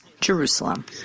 Jerusalem